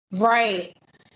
Right